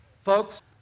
Folks